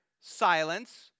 silence